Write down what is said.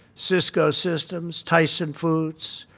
cisco systems, tyson foods,